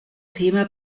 thema